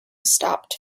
stopped